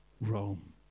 Rome